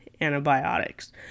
antibiotics